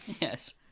Yes